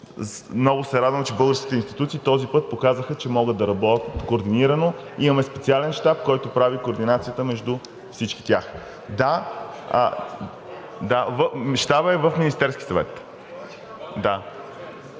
много се радвам, че българските институции този път показаха, че могат да работят координирано. Имаме специален щаб, който прави координацията между всички тях. ДАНИЕЛ МИТОВ (ГЕРБ-СДС,